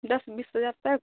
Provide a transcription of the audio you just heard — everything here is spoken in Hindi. दस बीस हज़ार तक